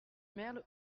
merle